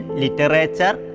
literature